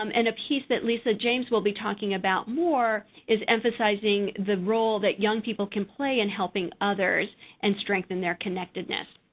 um in a piece that lisa james will be talking about more, is emphasizing the role that young people can play in helping others and strengthen their connectedness.